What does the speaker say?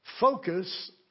Focus